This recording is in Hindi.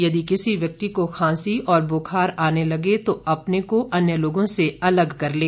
यदि किसी व्यक्ति को खांसी और बुखार आने लगे तो अपने को अन्य लोगों से अलग कर लें